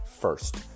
first